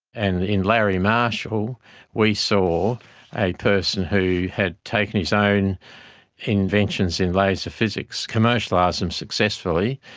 and in larry marshall we saw a person who had taken his own inventions in laser physics, commercialised them successfully.